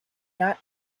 not